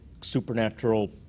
supernatural